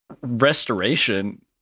restoration